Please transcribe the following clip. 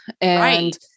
and-